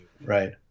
right